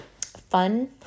fun